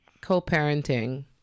co-parenting